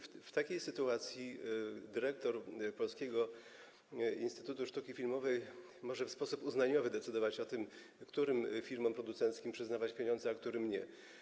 W takiej sytuacji dyrektor Polskiego Instytutu Sztuki Filmowej może w sposób uznaniowy decydować o tym, którym firmom producenckim przyznawać pieniądze, a którym nie.